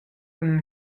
cun